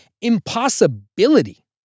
Impossibility